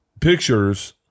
pictures